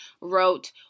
wrote